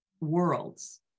worlds